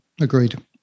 Agreed